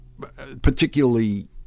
particularly